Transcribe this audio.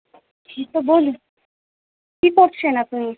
তা বলুন কী করছেন আপনি